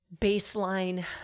baseline